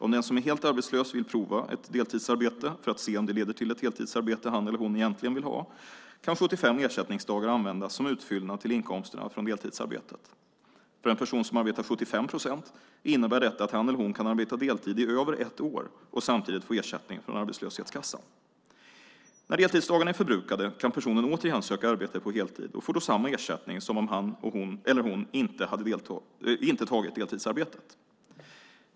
Om den som är helt arbetslös vill pröva ett deltidsarbete för att se om det leder till det heltidsarbete han eller hon vill ha kan 75 ersättningsdagar användas som utfyllnad till inkomsterna från deltidsarbetet. För en person som arbetar 75 procent innebär detta att han eller hon kan arbeta deltid i över ett år och samtidigt få ersättning från arbetslöshetskassan. När deltidsdagarna är förbrukade kan personen återigen söka arbete på heltid och får då samma ersättning som om han eller hon inte hade tagit deltidsarbetet.